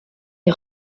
est